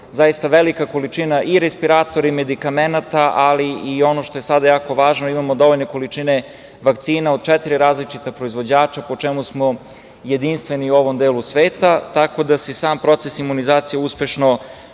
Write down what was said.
zaista velika količina i repetitora i medikamenata, ali i ono što je sada jako važno, imamo dovoljne količine vakcina, od četiri različita proizvođača, po čemu smo jedinstveni u ovom delu svetu. Tako da se i sam proces imunizacije uspešno